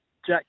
Jack